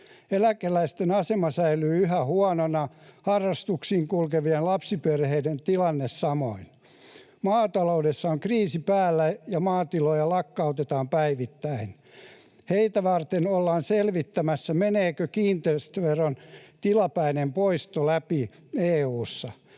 Eläkeläisten asema säilyy yhä huonona, harrastuksiin kulkevien lapsiperheiden tilanne samoin. Maataloudessa on kriisi päällä, ja maatiloja lakkautetaan päivittäin. Heitä varten ollaan selvittämässä, meneekö kiinteistöveron tilapäinen poisto läpi EU:ssa.